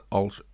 als